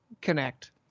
connect